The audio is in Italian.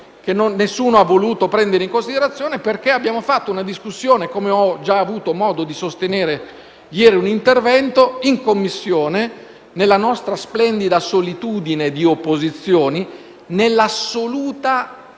che nessuno ha voluto prendere in considerazione, perché abbiamo fatto una discussione - come ho già avuto modo di sostenere ieri in un intervento - in Commissione nella nostra splendida solitudine di opposizioni e nell'assoluta